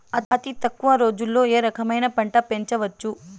అతి తక్కువ రోజుల్లో ఏ రకమైన పంట పెంచవచ్చు?